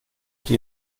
die